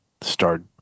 start